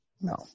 No